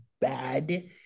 bad